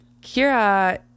Kira